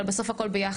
אבל בסוף זה הכול ביחד.